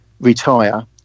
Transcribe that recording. retire